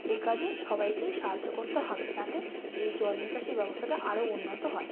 এ কাজে সবাইকেই সাহায্য করতে হবে যাতে এই জলনিকাশি ব্যবস্থাটা আরও উন্নত হয়